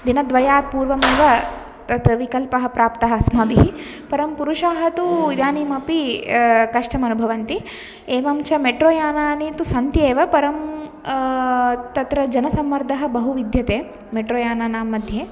दिनद्वयात् पूर्वमेव तत् विकल्पः प्राप्तः अस्माभिः परं पुरुषाः तु इदानीमपि कष्टमनुभवन्ति एवं च मेट्रो यानानि तु सन्ति एव परं तत्र जनसम्मर्दः बहु विद्यते मेट्रो यानानां मध्ये